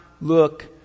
look